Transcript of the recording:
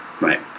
Right